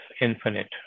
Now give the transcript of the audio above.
infinite